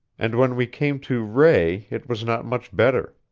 and when we came to rae it was not much better.